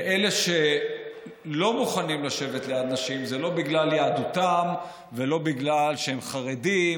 ואלה שלא מוכנים לשבת ליד נשים זה לא בגלל יהדותם ולא בגלל שהם חרדים,